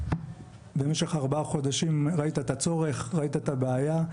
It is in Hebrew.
במשך ארבעה חודשים ראית את הצורך, ראית את הבעיה.